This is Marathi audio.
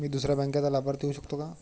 मी दुसऱ्या बँकेचा लाभार्थी होऊ शकतो का?